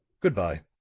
good-by.